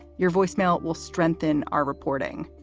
your voicemail will strengthen our reporting.